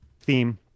theme